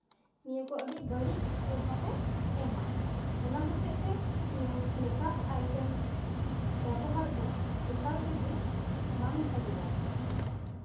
ᱱᱤᱭᱟᱹ ᱠᱚ ᱟᱹᱰᱤ ᱵᱟᱹᱲᱤᱡ ᱯᱨᱚᱵᱷᱟᱵ ᱮ ᱚᱱᱟ ᱦᱚᱛᱮᱫ ᱛᱮ ᱱᱤᱭᱟᱹ ᱢᱮᱠᱟᱯ ᱟᱭᱴᱮᱢᱥ ᱵᱮᱵᱚᱦᱟᱨ ᱫᱚ ᱮᱠᱟᱞ ᱛᱮᱜᱮ ᱵᱟᱝ ᱵᱷᱟᱜᱮᱭᱟ